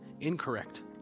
incorrect